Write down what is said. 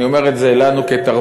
אני אומר את זה לנו כתרבות,